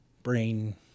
Brain